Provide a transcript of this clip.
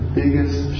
biggest